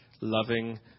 loving